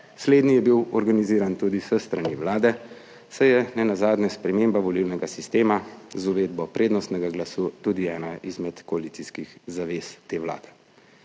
Slednji je bil organiziran tudi s strani vlade, saj je nenazadnje sprememba volilnega sistema z uvedbo prednostnega glasu tudi ena izmed koalicijskih zavez te vlade.